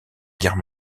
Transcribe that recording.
guerre